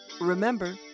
Remember